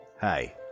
hey